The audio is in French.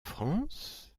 france